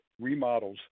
remodels